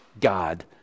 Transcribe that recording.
God